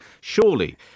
Surely